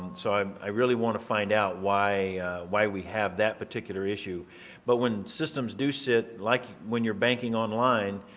so um i really want to find out why why we have that particular issue but when systems do sit like when you're banking online,